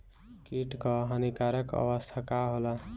कीट क हानिकारक अवस्था का होला?